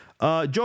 Joe